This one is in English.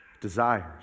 desires